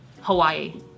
Hawaii